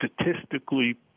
statistically